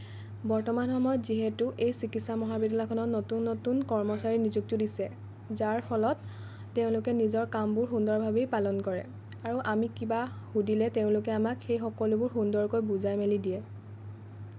বৰ্তমান সময়ত যিহেতু এই চিকিৎসা মহাবিদ্যালয়খনত নতুন নতুন কৰ্মচাৰী নিযুক্তিও দিছে যাৰ ফলত তেওঁলোকে নিজৰ কামবোৰ সুন্দৰভাৱেই পালন কৰে আৰু আমি কিবা সুধিলে তেওঁলোকে আমাক সেই সকলোবোৰ সন্দৰকৈ বুজাই মেলি দিয়ে